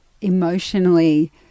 emotionally